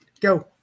go